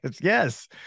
yes